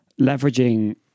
leveraging